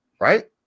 Right